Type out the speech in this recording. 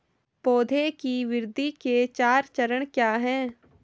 पौधे की वृद्धि के चार चरण क्या हैं?